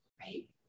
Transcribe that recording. right